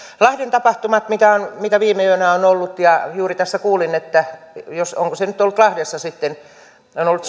lahden tapahtumista mitä viime yönä on ollut juuri tässä kuulin että onko se nyt ollut lahdessa sitten kouvolassa on ollut